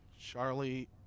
Charlie